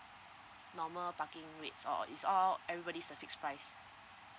normal parking rates or it's all everybody's a fixed price